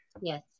Yes